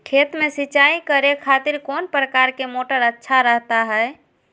खेत में सिंचाई करे खातिर कौन प्रकार के मोटर अच्छा रहता हय?